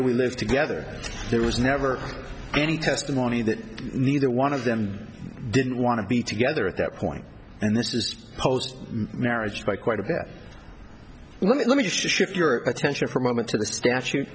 do we live together there was never any testimony that neither one of them didn't want to be together at that point and this is post marriage by quite a bit let me just shift your attention for a moment to the statute